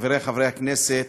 חברי חברי הכנסת,